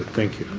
thank you.